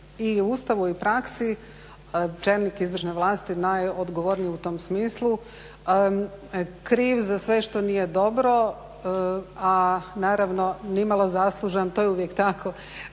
Ustavu i praksi čelnik izvršne vlasti, najodgovorniji u tom smislu, kriv za sve što nije dobro, a naravno nimalo zaslužan, to je uvijek tako,